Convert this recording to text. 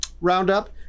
roundup